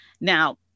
Now